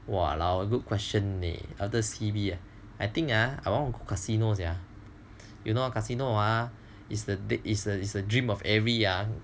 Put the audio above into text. !walao! a good question leh after C_B I think ah I want go casino sia you know casino ah is the is a is a dream of every